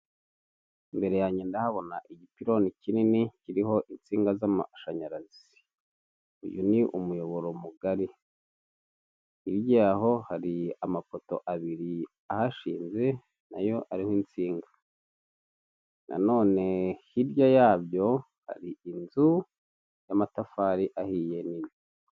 Imbere yange ndahabona igipironi kinini kiriho insinga z'amashanyarazi, uyu ni umuyoboro mugari. Hirya yaho hari amapoto abiri ahashinze nayo ariho insinga, nanone hirya yabyo hari inzu y'amatafari ahiye nini.